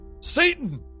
Satan